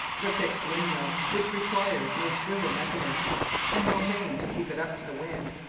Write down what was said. the fixed windmill, which requires no swivel mechanism and no vane to keep it up to the wind,